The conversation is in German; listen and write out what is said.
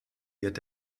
wird